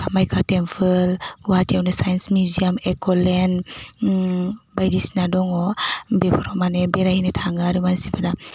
Kamakhya temple गुवाहाटीयावनो science museum एक'लेण्ड बायदिसिना दङ बेफोराव माने बेरायहैनो थाङो आरो मानसिफ्रा